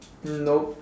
nope